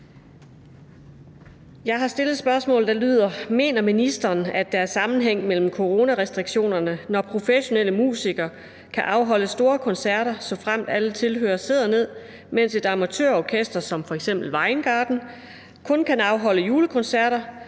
Jeg har stillet et spørgsmål, der lyder: Mener ministeren, at der er sammenhæng mellem coronarestriktionerne, når professionelle musikere kan afholde store koncerter, såfremt alle tilhørerne sidder ned, mens et amatørorkester som Vejen Garden kun kan afholde julekoncert,